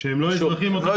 שהם לא אזרחים או תושבי קבע.